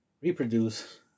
reproduce